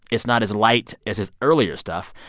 it's not as light as his earlier stuff.